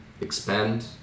expand